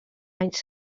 anys